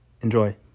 enjoy